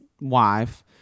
wife